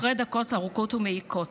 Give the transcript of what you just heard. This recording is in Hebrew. אחרי דקות ארוכות ומעיקות